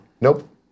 Nope